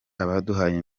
abaduhaye